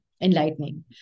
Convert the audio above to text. enlightening